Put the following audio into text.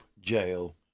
Jail